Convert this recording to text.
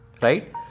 Right